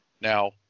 Now